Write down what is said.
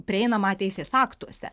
prieinamą teisės aktuose